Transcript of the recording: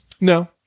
No